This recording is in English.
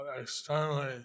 Externally